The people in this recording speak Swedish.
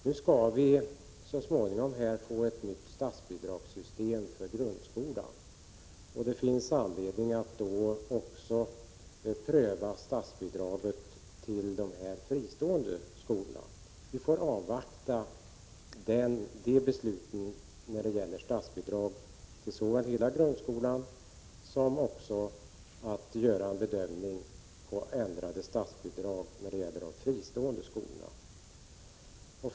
Vi skall så småningom få ett nytt statsbidragssystem för grundskolan, och det finns anledning att då också pröva statsbidraget till de fristående skolorna. Vi får avvakta besluten såväl när det gäller statsbidrag till hela grundskolan som i fråga om bedömningen av bidragen till de fristående skolorna.